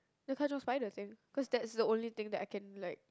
the kanchiong spider thing cause that's the only thing that I can like